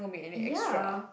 ya